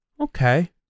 Okay